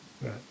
Right